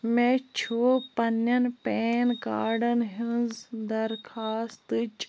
مےٚ چھُ پننیٚن پین کارڈَن ہِنٛز درخوٛاستٕچ